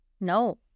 no